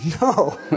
No